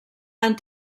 han